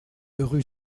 rue